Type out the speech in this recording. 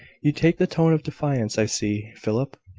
you take the tone of defiance, i see, philip.